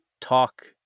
talk